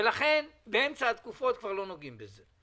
ולכן באמצע התקופות כבר לא נוגעים בזה.